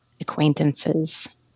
acquaintances